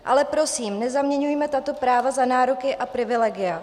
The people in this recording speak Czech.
Ale prosím, nezaměňujme tato práva za nároky a privilegia.